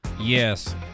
Yes